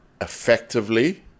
effectively